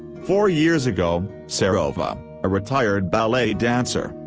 four years ago, serova, a retired ballet dancer,